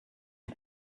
est